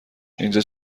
اینجا